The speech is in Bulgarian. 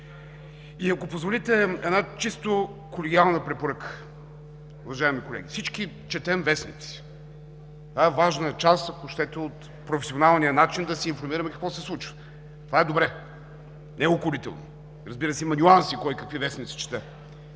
Ви. Позволете една чисто колегиална препоръка, уважаеми колеги. Всички четем вестници, това е важна част, ако щете, от професионалния начин да се информираме какво се случва. Това е добре, не е укорително. Разбира се, има нюанси кой какви вестници чете,